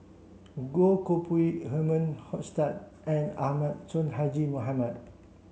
Goh Koh Pui Herman Hochstadt and Ahmad Sonhadji Mohamad